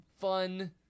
fun